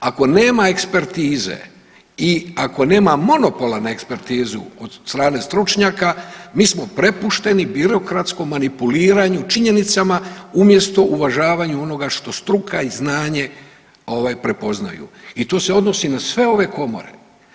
Ako nema ekspertize i ako nema monopola na ekspertizu od strane stručnjaka mi smo prepušteni birokratskom manipuliranju činjenicama umjesto uvažavanju onoga što struka i znanje ovaj prepoznaju i to se odnosi na sve ove komore.